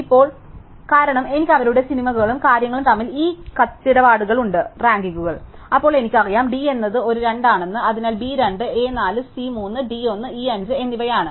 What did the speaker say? ഇപ്പോൾ കാരണം എനിക്ക് അവരുടെ സിനിമകളും കാര്യങ്ങളും തമ്മിൽ ഈ കത്തിടപാടുകൾ ഉണ്ട് റാങ്കിംഗുകൾ അപ്പോൾ എനിക്ക് അറിയാം D എന്നത് ഒരു 2 ആണെന്ന് അതിനാൽ B 2 A 4 C 3 D 1 E 5 എന്നിവയാണ്